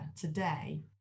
today